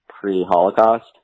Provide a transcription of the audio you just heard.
pre-Holocaust